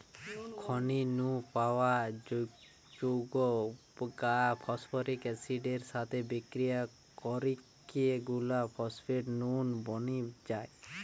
খনি নু পাওয়া যৌগ গা ফস্ফরিক অ্যাসিড এর সাথে বিক্রিয়া করিকি গুলা ফস্ফেট নুন বনি যায়